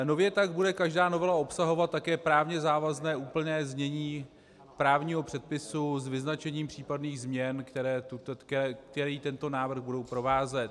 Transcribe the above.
Nově tak bude každá novela obsahovat také právně závazné úplné znění právního předpisu s vyznačením případných změn, které tento návrh budou provázet.